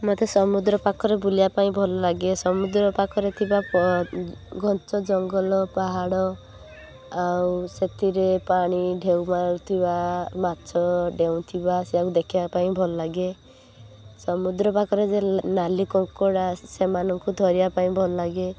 ମୋତେ ସମୁଦ୍ର ପାଖରେ ବୁଲିବା ପାଇଁ ଭଲ ଲାଗେ ସମୁଦ୍ର ପାଖରେ ଥିବା ଘଞ୍ଚ ଜଙ୍ଗଲ ପାହାଡ଼ ଆଉ ସେଥିରେ ପାଣି ଢେଉ ମାରୁଥିବା ମାଛ ଡେଉଁଥିବା ସେଇଆକୁ ଦେଖିବା ପାଇଁ ଭଲ ଲାଗେ ସମୁଦ୍ର ପାଖରେ ଲାଲି କଙ୍କଡ଼ା ସେମାନଙ୍କୁ ଧରିବା ପାଇଁ ଭଲ ଲାଗେ